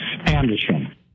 Anderson